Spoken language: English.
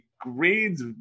grades